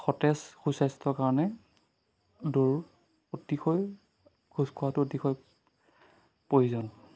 সতেজ সুস্বাস্থ্যৰ কাৰণে দৌৰ অতিকৈ খোজ কৰাটো অতিশয় প্ৰয়োজন